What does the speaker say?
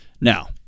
Now